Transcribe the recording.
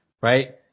Right